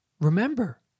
remember